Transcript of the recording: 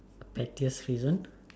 pettiest reason